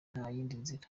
nzira